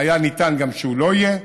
היה ניתן גם שהוא לא יהיה,